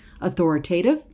Authoritative